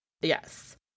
Yes